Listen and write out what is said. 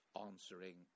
answering